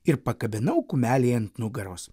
ir pakabinau kumelei ant nugaros